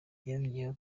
yongeyeho